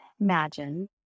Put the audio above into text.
Imagine